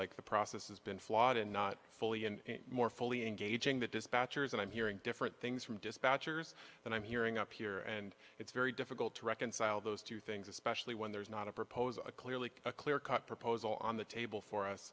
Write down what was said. like the process has been flawed and not fully and more fully engaging the dispatcher's and i'm hearing different things from dispatchers and i'm hearing up here and it's very difficult to reconcile those two things especially when there's not a proposal clearly a clear cut proposal on the table for us